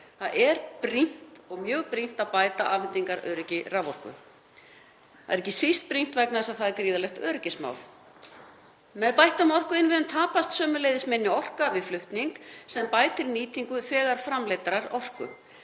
Það er mjög brýnt að bæta afhendingaröryggi raforku. Það er ekki síst brýnt vegna þess að það er gríðarlegt öryggismál. Með bættum orkuinnviðum tapast sömuleiðis minni orka við flutning sem bætir nýtingu þegar framleiddrar orku.